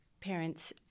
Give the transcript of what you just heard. parents